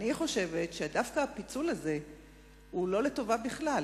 אני חושבת דווקא שהפיצול הזה הוא לא לטובה בכלל,